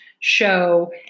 show